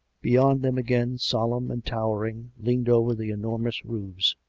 beyond them again, solemn and towering, leaned over the enormous roofs